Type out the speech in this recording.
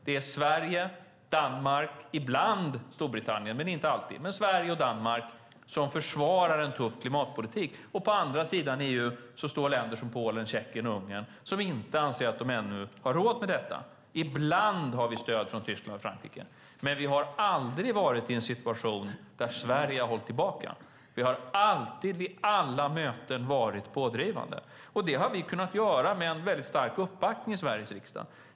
Det är Sverige, Danmark och ibland Storbritannien, men inte alltid, som försvarar en tuff klimatpolitik. På andra sidan i EU står länder som Polen, Tjeckien och Ungern som anser att de ännu inte har råd med detta. Ibland har vi stöd från Tyskland och Frankrike. Men vi har aldrig varit i en situation där Sverige har hållit tillbaka. Vi har alltid vid alla möten varit pådrivande. Det har vi kunnat vara med en mycket stark uppbackning i Sveriges riksdag.